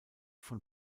von